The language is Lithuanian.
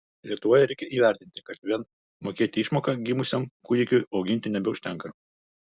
lietuvoje reikia įvertinti kad vien mokėti išmoką gimusiam kūdikiui auginti nebeužtenka